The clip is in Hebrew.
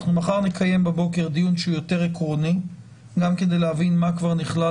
מחר בבוקר נקיים דיון שהוא יותר עקרוני גם כדי להבין מה כבר נכלל